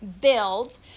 BUILD